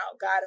God